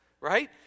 right